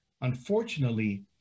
Unfortunately